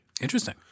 Interesting